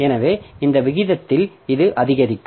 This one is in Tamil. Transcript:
எனவே இந்த விகிதத்தில் இது அதிகரிக்கும்